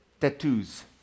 Tattoos